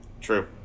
True